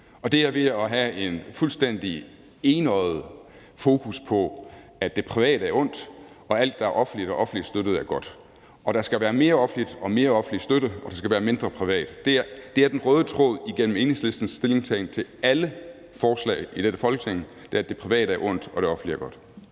det er ved at have et fuldstændig enøjet fokus på, at det private er ondt, og alt, der er offentligt og offentligt støttet, er godt. Og der skal være mere offentligt og mere offentlig støtte, og der skal være mindre privat. Det er den røde tråd igennem Enhedslistens stillingtagen til alle forslag i dette Folketing, nemlig at det private er ondt, og at det offentlige er godt.